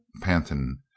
Panton